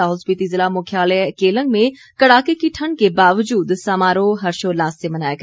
लाहौल स्पीति ज़िला मुख्यालय केलंग में कड़ाके की ठण्ड के बावजूद समारोह हर्षोल्लास से मनाया गया